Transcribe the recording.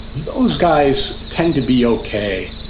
those guys tend to be okay.